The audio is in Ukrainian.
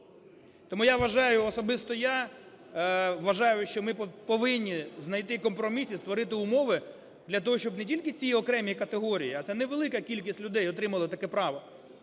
я вважаю, що ми повинні знайти компроміс і створити умови для того, щоб не тільки ці окремі категорії, ця невелика кількість людей, отримали таке право,